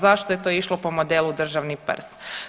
Zašto je to išlo po modelu državni prst?